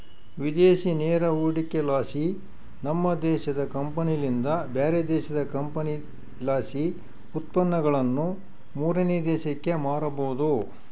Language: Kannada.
ವಿದೇಶಿ ನೇರ ಹೂಡಿಕೆಲಾಸಿ, ನಮ್ಮ ದೇಶದ ಕಂಪನಿಲಿಂದ ಬ್ಯಾರೆ ದೇಶದ ಕಂಪನಿಲಾಸಿ ಉತ್ಪನ್ನಗುಳನ್ನ ಮೂರನೇ ದೇಶಕ್ಕ ಮಾರಬೊದು